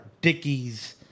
Dickies